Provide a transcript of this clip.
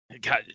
God